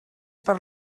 per